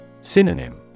Synonym